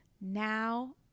Now